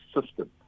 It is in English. system